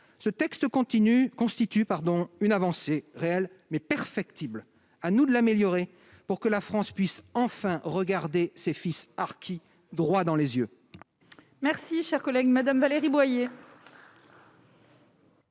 Ce texte constitue une avancée réelle, mais perfectible. À nous de l'améliorer pour que la France puisse enfin regarder ses fils harkis droit dans les yeux.